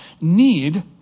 need